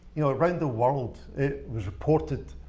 you know. around the world, it was reported.